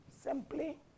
Simply